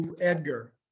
Edgar